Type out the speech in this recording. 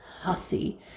hussy